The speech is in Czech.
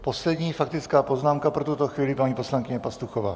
Poslední faktická poznámka pro tuto chvíli paní poslankyně Pastuchová.